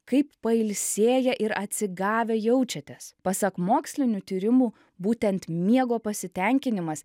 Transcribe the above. kaip pailsėję ir atsigavę jaučiatės pasak mokslinių tyrimų būtent miego pasitenkinimas